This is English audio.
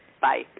bye